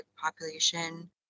population